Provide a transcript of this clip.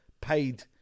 paid